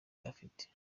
afite